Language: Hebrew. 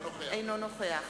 אינו נוכח